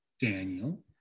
Daniel